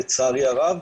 לצערי הרב.